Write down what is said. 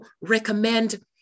recommend